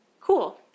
Cool